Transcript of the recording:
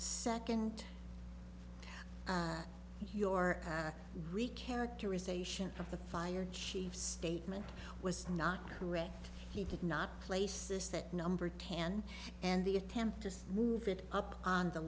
second your greek characterization of the fire chief statement was not correct he did not place this that number ten and the attempt to move it up on the